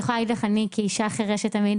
אני יכולה להגיד לך כאישה חירשת שאני תמיד